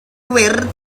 gwyrdd